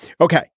Okay